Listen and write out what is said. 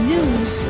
News